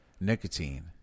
nicotine